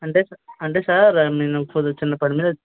అంటే సార్ అంటే సార్ నేనొక చిన్న పని మీద